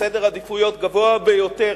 בעדיפות גבוהה ביותר.